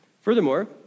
Furthermore